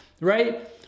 right